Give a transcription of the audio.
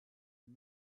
and